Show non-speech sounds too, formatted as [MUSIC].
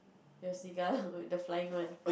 your cigar [LAUGHS] the flying one